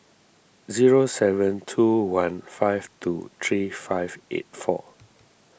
zero seven two one five two three five eight four